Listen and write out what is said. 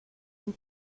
une